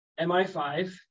MI5